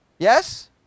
Yes